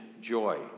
joy